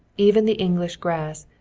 even the english grass,